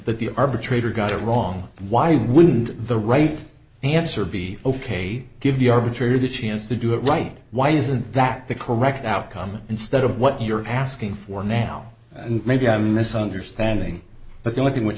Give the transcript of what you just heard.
but the arbitrator got it wrong why wouldn't the right answer be ok give the arbitrary the chance to do it right why isn't that the correct outcome instead of what you're asking for now and maybe i'm misunderstanding but the only thing which